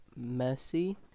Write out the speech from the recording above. Messi